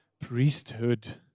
Priesthood